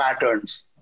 patterns